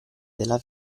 della